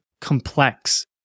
complex